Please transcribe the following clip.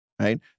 Right